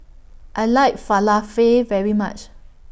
I like Falafel very much